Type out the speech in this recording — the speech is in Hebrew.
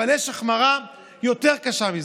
אבל יש החמרה יותר קשה מזאת: